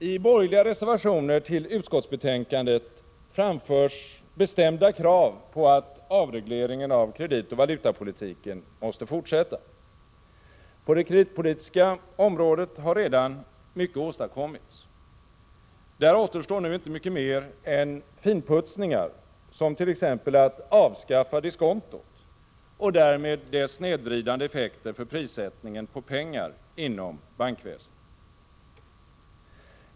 I borgerliga reservationer till utskottsbetänkandet framförs bestämda krav på att avregleringen av kreditoch valutapolitiken skall fortsätta. På det kreditpolitiska området har redan mycket åstadkommits. Där återstår nu inte mycket mer än finputsningar, som t.ex. att avskaffa diskontot och därmed dess snedvridande effekter för prissättningen på pengar inom bankväsendet.